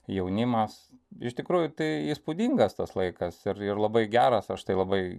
jaunimas iš tikrųjų tai įspūdingas tas laikas ir ir labai geras aš tai labai